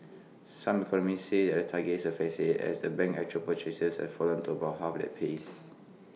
some economists said at the target is A facade as the bank's actual purchases have fallen to about half that pace